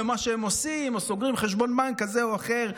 ומה שהם עושים או סוגרים חשבון בנק כזה או אחר.